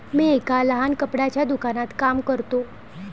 मी एका लहान कपड्याच्या दुकानात काम करतो